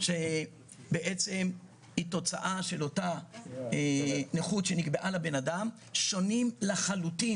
שבעצם היא תוצאה של אותה נכות שנקבע לבן אדם שונים לחלוטין,